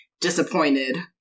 disappointed